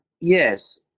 yes